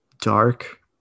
dark